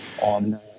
on